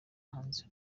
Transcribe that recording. hanze